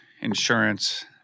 insurance